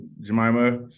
Jemima